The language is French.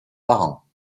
parents